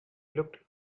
looked